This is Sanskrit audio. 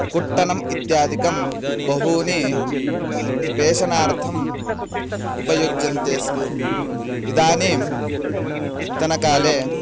कुट्टनम् इत्यादिकं बहूनि पेषणार्थम् उपयुज्यन्ते स्म इदानींतनकाले